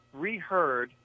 reheard